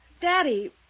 Daddy